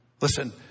Listen